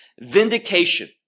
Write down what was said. vindication